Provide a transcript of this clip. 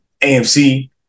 AMC